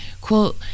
quote